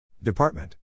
Department